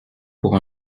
pour